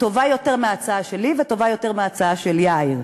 טובה יותר מההצעה שלי וטובה יותר מההצעה של יאיר.